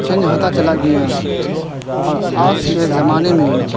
change ہوتا چلا گیا اور آج کے زمانے میں